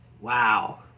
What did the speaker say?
Wow